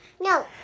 No